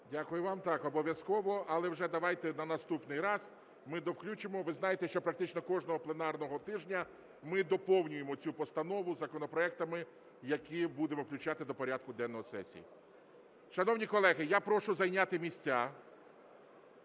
Дякую вам. Так, обов'язково, але вже давайте на наступний раз ми довключимо. Ви знаєте, що практично кожного пленарного тижня ми доповнюємо цю постанову законопроектами, які будемо включати до порядку денного сесії. Шановні колеги, я прошу зайняти місця.